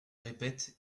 répète